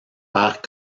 père